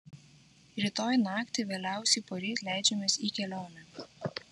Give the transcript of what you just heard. rytoj naktį vėliausiai poryt leidžiamės į kelionę